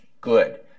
good